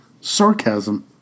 sarcasm